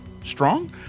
strong